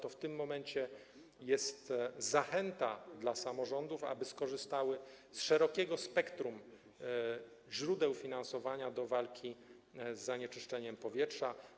To w tym momencie jest zachęta dla samorządów, aby skorzystały z szerokiego spectrum źródeł finansowania do walki z zanieczyszczeniem powietrza.